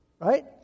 Right